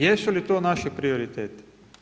Jesu li to naši prioriteti?